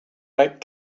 make